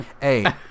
Hey